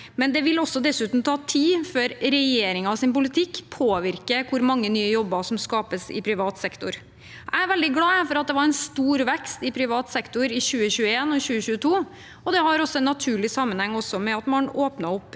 (andre dag) 165 før regjeringens politikk påvirker hvor mange nye jobber som skapes i privat sektor. Jeg er veldig glad for at det var en stor vekst i privat sektor i 2021 og 2022, og det henger naturlig sammen med at man åpnet opp